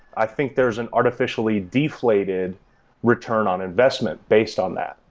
i think there's an artificially deflated return on investment based on that.